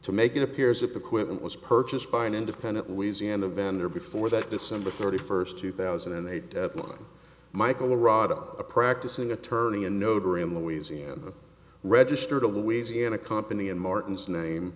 to make it appears that the quit was purchased by an independent louisiana vendor before that december thirty first two thousand and eight deadline michael rada a practicing attorney a notary in louisiana registered a louisiana company in martin's name